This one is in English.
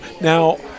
Now